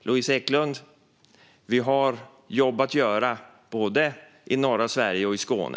Louise Eklund, vi har jobb att göra både i norra Sverige och i Skåne.